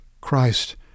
Christ